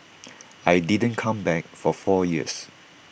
I didn't come back for four years